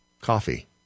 coffee